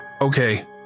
Okay